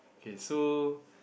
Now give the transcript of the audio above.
okay so